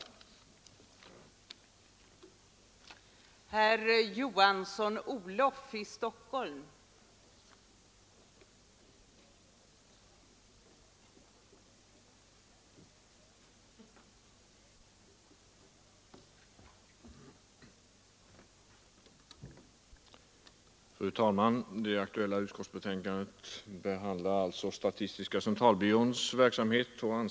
tiska centralbyrån